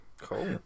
Cool